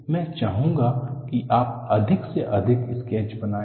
मैं चाहूंगा कि आप अधिक से अधिक स्केच बनाएं